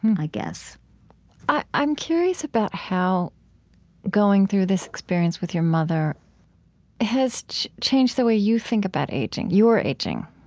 i guess i'm curious about how going through this experience with your mother has changed the way you think about aging, your aging.